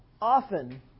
often